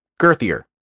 girthier